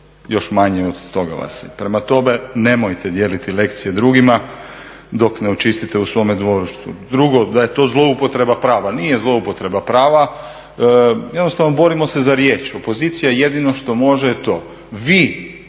još manje od toga vas je. Prema tome, nemojte dijeliti lekcije drugima dok ne očistite u svome dvorištu. Drugo, da je to zloupotreba prava. Nije zloupotreba prava, jednostavno borimo se za riječ, opozicija jedino što može je to. Vi